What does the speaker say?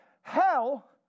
hell